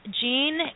Jean